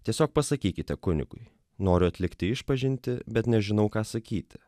tiesiog pasakykite kunigui noriu atlikti išpažintį bet nežinau ką sakyti